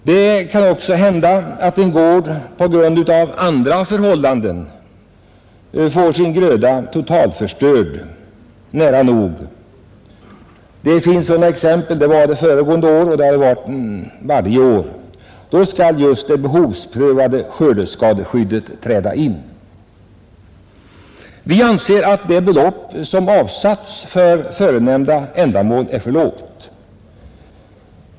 Det kan också hända att en gård på grund av andra förhållanden får sin gröda nära nog totalt förstörd. Sådant har förekommit varje år, och då skall det behovsprövade skördeskadeskyddet träda in. Vi anser att det belopp som avsatts för förenämnda ändamål är för litet.